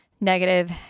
negative